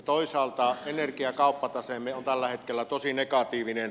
toisaalta energiakauppataseemme on tällä hetkellä tosi negatiivinen